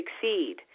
succeed